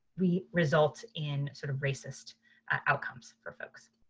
we result in sort of racist outcomes for folks.